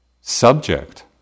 subject